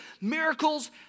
miracles